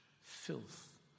Filth